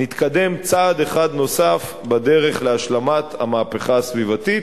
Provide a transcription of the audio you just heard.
נתקדם צעד אחד נוסף בדרך להשלמת המהפכה הסביבתית.